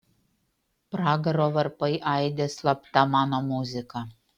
pragaro varpai aidi slapta mano muzika